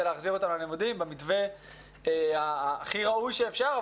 להחזיר אותם ללימודים במתווה הכי ראוי שאפשר,